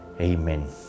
Amen